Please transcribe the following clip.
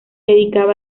dedicaba